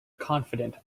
confident